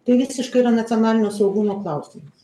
tai visiškai yra nacionalinio saugumo klausimas